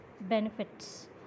benefits